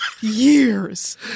Years